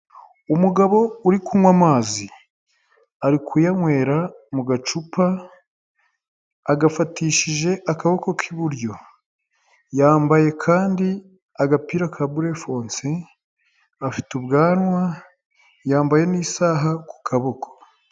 Umugabo uri kunywa amazi, ari kuyanywera mu gacupa agafatishije akaboko k'iburyo, yambaye kandi agapira ka burefonse afite ubwanwa yambaye n'isaha ku kaboko.